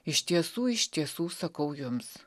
iš tiesų iš tiesų sakau jums